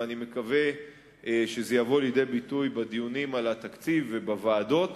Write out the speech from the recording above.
ואני מקווה שזה יבוא לידי ביטוי בדיונים על התקציב ובוועדות,